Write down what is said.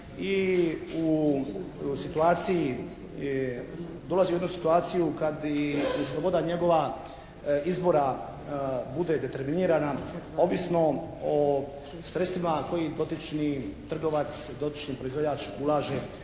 i u situaciji, dolazi u jednu situaciju kad i sloboda njegova izbora bude determinirana ovisno o sredstvima koji dotični trgovac, dotični proizvođač ulaže